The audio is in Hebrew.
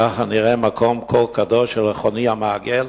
ככה נראה מקום כה קדוש של חוני המעגל?